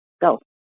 Go